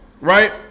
right